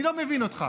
אני לא מבין אותך.